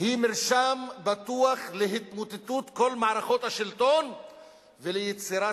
הוא מרשם בטוח להתמוטטות כל מערכות השלטון וליצירת,